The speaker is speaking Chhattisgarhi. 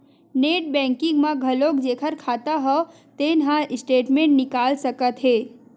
नेट बैंकिंग म घलोक जेखर खाता हव तेन ह स्टेटमेंट निकाल सकत हे